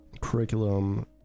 curriculum